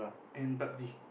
and Pub-g